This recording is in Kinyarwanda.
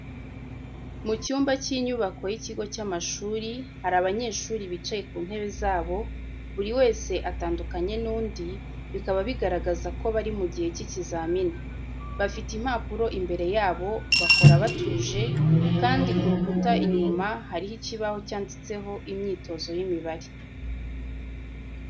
Mu cyumba cy’inyubako y’ikigo cy’amashuri, hari abanyeshuri bicaye ku ntebe zabo, buri wese atandukanye n’undi, bikaba bigaragaza ko bari mu gihe cy'ikizamini. Bafite impapuro imbere yabo, bakora batuje, kandi ku rukuta inyuma hariho ikibaho cyanditseho imyitozo y'imibare.